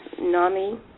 NAMI